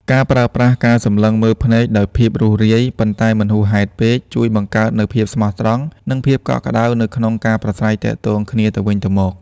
ការប្រើប្រាស់ការសម្លឹងមើលភ្នែកដោយភាពរួសរាយ ប៉ុន្តែមិនហួសហេតុពេក ជួយបង្កើតនូវភាពស្មោះត្រង់ និងភាពកក់ក្ដៅនៅក្នុងការប្រាស្រ័យទាក់ទងគ្នាទៅវិញទៅមក។